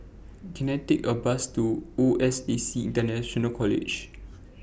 Can I Take A Bus to O S A C International College